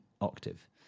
octave